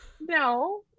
No